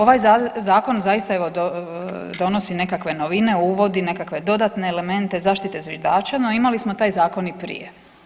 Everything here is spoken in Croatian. Ovaj Zakon zaista evo, donosi nekakve novine, uvodi nekakve nove elemente zaštite zviždača, no imali smo taj zakon i prije.